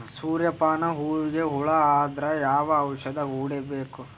ಸೂರ್ಯ ಪಾನ ಹೂವಿಗೆ ಹುಳ ಆದ್ರ ಯಾವ ಔಷದ ಹೊಡಿಬೇಕು?